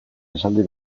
esaldi